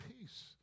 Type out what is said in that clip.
peace